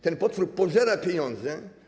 Ten potwór pożera pieniądze.